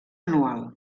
anual